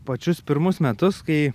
pačius pirmus metus kai